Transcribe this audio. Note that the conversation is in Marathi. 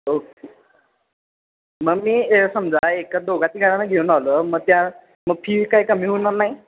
ओके मग मी हे समजा एका दोघातिघा जणांना घेऊन आलो मग त्या मग फी काय कमी होणार नाही